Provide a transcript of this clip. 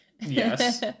Yes